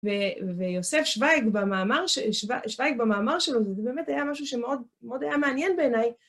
ויוסף שווייג במאמר שלו, זה באמת היה משהו שמאוד היה מעניין בעיניי.